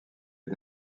les